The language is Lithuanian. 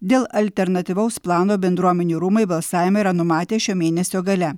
dėl alternatyvaus plano bendruomenių rūmai balsavimą yra numatę šio mėnesio gale